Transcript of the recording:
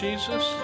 Jesus